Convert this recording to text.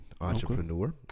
entrepreneur